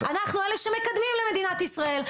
אנחנו אלה שמקדמים למדינת ישראל.